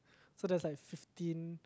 so that's like fifteen